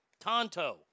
Tonto